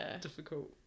difficult